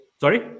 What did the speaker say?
Sorry